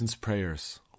Prayers